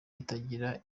itagira